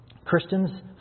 Christians